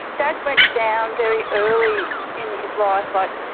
dad went down very early in his life. like,